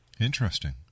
Interesting